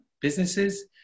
businesses